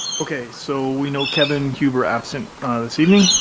okay, so we know kevin huber absent this evening.